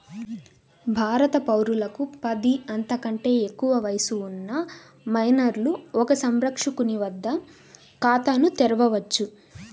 భారత పౌరులకు పది, అంతకంటే ఎక్కువ వయస్సు ఉన్న మైనర్లు ఒక సంరక్షకుని వద్ద ఖాతాను తెరవవచ్చు